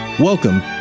Welcome